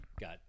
got